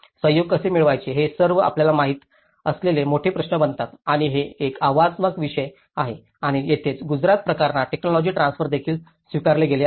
सहयोग कसे मिळवायचे हे सर्व आपल्याला माहित असलेले मोठे प्रश्न बनतात आणि हे एक आव्हानात्मक विषय आहेत आणि येथेच गुजरात प्रकरणात टेकनॉलॉजि ट्रान्सफर देखील स्वीकारले गेले आहे